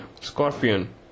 scorpion